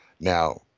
Now